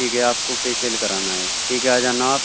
ٹھیک ہے آپ کو فیشیل کرانا ہے ٹھیک ہے آ جانا آپ